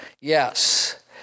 yes